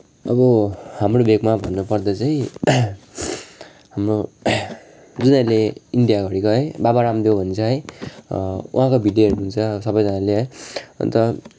अब हाम्रो भेकमा भन्नपर्दा चाहिँ हाम्रो जुन अहिले इन्डियाभरिको है बाबा रामदेव भन्ने छ है उहाँको भिडियो हेर्नुहुन्छ सबैजनाले अन्त